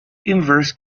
inverse